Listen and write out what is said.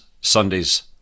Sunday's